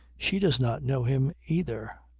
she does not know him either.